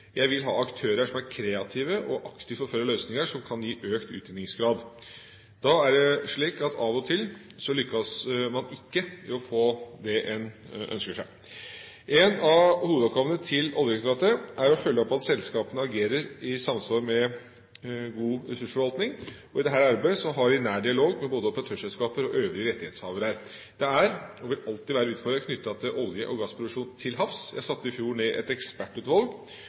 Jeg vil ha aktører som er kreative og aktivt forfølger løsninger som kan gi økt utvinningsgrad. Da er det slik at av og til lykkes man ikke i å få det en ønsker seg. En av hovedoppgavene til Oljedirektoratet er å følge opp at selskapene agerer i samsvar med god ressursforvaltning. I dette arbeidet har vi nær dialog med både operatørselskaper og øvrige rettighetshavere. Det er, og vil alltid være, utfordringer knyttet til olje- og gassproduksjon til havs. Jeg satte i fjor ned et ekspertutvalg